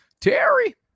Terry